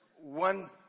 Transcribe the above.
one